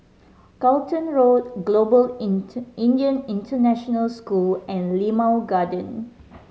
Charlton Road Global Indian International School and Limau Garden